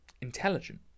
intelligent